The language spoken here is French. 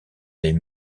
les